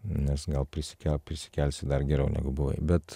nes gal prisikel prisikelsi dar geriau negu buvai bet